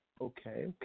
Okay